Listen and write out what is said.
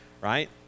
right